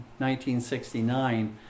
1969